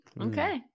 Okay